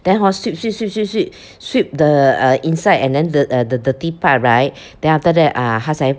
then hor sweep sweep sweep sweep sweep sweep the uh inside and then the uh the dirty part right then after that ah 他才